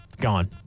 gone